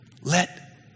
Let